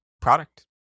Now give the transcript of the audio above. product